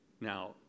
Now